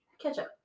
ketchup